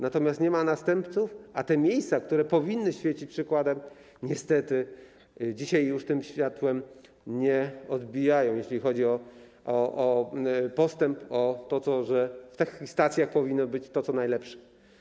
Natomiast nie ma następców, a te miejsca, które powinny świecić przykładem, niestety dzisiaj już tego światła nie odbijają, jeśli chodzi o postęp, o to, że w takich stacjach powinno być to, co najlepsze.